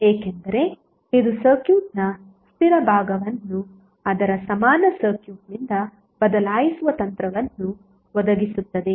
ಏಕೆಂದರೆ ಇದು ಸರ್ಕ್ಯೂಟ್ನ ಸ್ಥಿರ ಭಾಗವನ್ನು ಅದರ ಸಮಾನ ಸರ್ಕ್ಯೂಟ್ನಿಂದ ಬದಲಾಯಿಸುವ ತಂತ್ರವನ್ನು ಒದಗಿಸುತ್ತದೆ